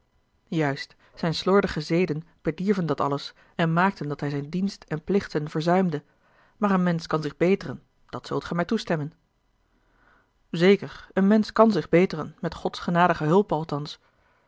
juist zijne slordige zeden bedierven dat alles en maakten dat hij zijn dienst en plichten verzuimde maar een mensch kan zich beteren dat zult gij mij toestemmen zeker een mensch kan zich beteren met gods genadige hulpe